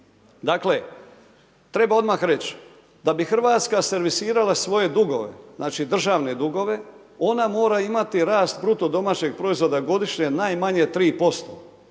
Dakle, treba odmah reći da bi Hrvatska servisirala svoje dugove, znači državne dugove, ona mora imati rast BDP-a godišnje najmanje 3%.